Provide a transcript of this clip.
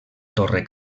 torre